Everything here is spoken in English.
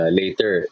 later